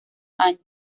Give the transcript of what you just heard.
años